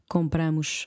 Compramos